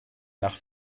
nach